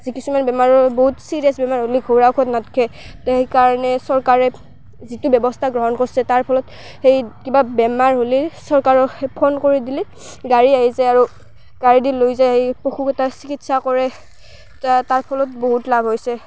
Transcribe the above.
যে কিছুমান বেমাৰৰ বহুত চিৰিয়াছ বেমাৰ হ'লি ঘৰুৱা ঔষধ নাথাকে সেইকাৰণে চৰকাৰে যিটো ব্যৱস্থা গ্ৰহণ কৰিছে তাৰ ফলত সেই কিবা বেমাৰ হ'লে চৰকাৰক ফোন কৰি দিলে গাড়ী আহি যায় আৰু গাড়ী দি লৈ যায় সেই পশুকেইটাৰ চিকিৎসা কৰে এতিয়া তাৰ ফলত বহুত লাভ হৈছে